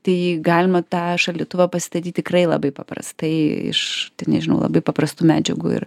tai galima tą šaldytuvą pasistatyt tikrai labai paprastai iš nežinau labai paprastų medžiagų ir